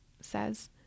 says